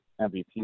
MVP